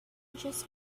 just